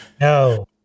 No